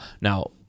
Now